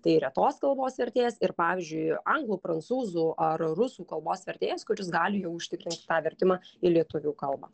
tai retos kalbos vertėjas ir pavyzdžiui anglų prancūzų ar rusų kalbos vertėjas kuris gali jau užtikrinti tą vertimą į lietuvių kalbą